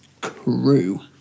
crew